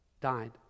died